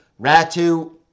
Ratu